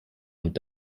und